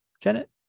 Janet